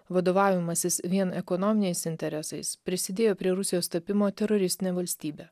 vadovavimasis vien ekonominiais interesais prisidėjo prie rusijos tapimo teroristine valstybe